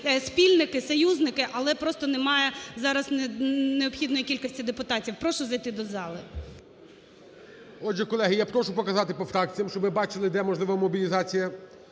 спільники, союзники, але просто немає зараз необхідної кількості депутатів. Прошу зайти до зали. ГОЛОВУЮЧИЙ. Отже, колеги, я прошу показати по фракціям, щоб ми бачили, де можлива мобілізація.